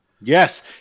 Yes